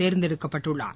தேர்ந்தெடுக்கப்பட்டுள்ளார்